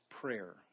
prayer